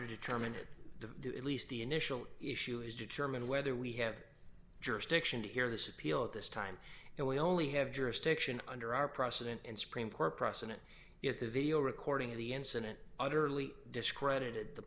to determine the at least the initial issue is determine whether we have jurisdiction to hear this appeal at this time and we only have jurisdiction under our precedent and supreme court precedent if the video recording of the incident utterly discredited the